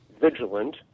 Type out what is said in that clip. vigilant